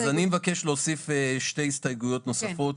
אני מבקש להוסיף שתי הסתייגויות נוספות,